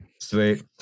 Sweet